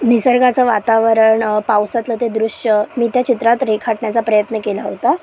निसर्गाचं वातावरण पावसातलं ते दृश्य मी त्या चित्रात रेखाटण्याचा प्रयत्न केला होता